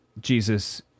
Jesus